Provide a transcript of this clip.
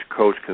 coach